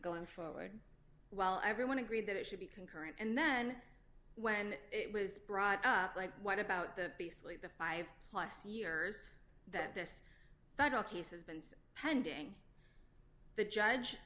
going forward while everyone agreed that it should be concurrent and then when it was brought up like what about the basically the five plus years that this federal case has been pending the judge